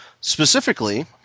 Specifically